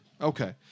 okay